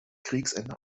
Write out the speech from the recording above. kriegsende